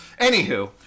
Anywho